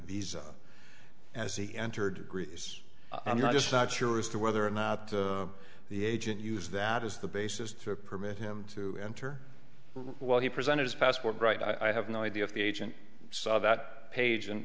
visa as he entered greece i'm just not sure as to whether or not the agent use that as the basis to a permit him to enter while he presented his passport right i have no idea if the agent saw that page and